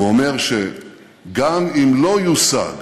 והוא אומר שגם אם לא יושג